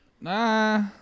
Nah